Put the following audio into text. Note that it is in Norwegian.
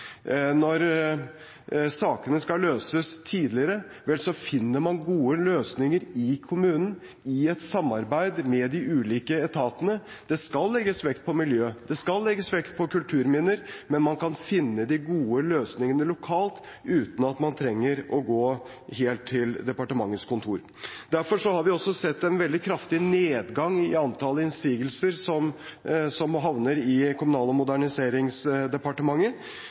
Når sakene skal løses tidligere, finner man gode løsninger i kommunen, i et samarbeid med de ulike etatene. Det skal legges vekt på miljø, og det skal legges vekt på kulturminner, men man kan finne de gode løsningene lokalt uten at man trenger å gå helt til departementets kontor. Derfor har vi også sett en veldig kraftig nedgang i antall innsigelser som havner i Kommunal- og moderniseringsdepartementet.